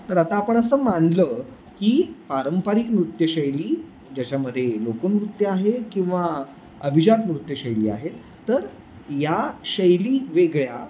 तर आता आपण असं मानलं की पारंपरिक नृत्यशैली ज्याच्यामध्ये लोकनृत्य आहे किंवा अभिजात नृत्यशैली आहे तर या शैली वेगळ्या